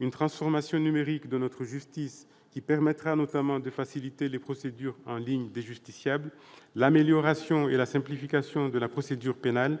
une transformation numérique de notre justice, qui permettra notamment de faciliter les procédures en ligne des justiciables ; l'amélioration et la simplification de la procédure pénale